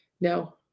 no